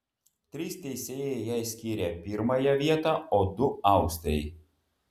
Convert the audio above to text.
trys teisėjai jai skyrė pirmąją vietą o du austrei